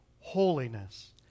holiness